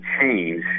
change